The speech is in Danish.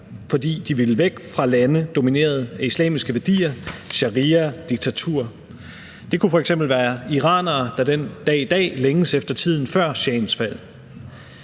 fordi de ville væk fra lande, domineret af islamiske værdier – sharia, diktatur. Det kunne f.eks. være iranere, der den dag i dag længes efter tiden før shahens fald.